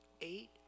Eight